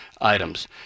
items